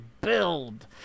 build